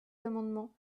amendement